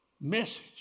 message